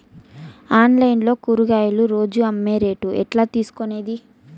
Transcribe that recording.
Online లో కూరగాయలు రోజు అమ్మే రేటు ఎట్లా తెలుసుకొనేది?